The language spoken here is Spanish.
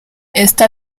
esta